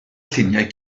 lluniau